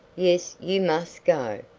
yes, you must go.